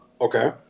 okay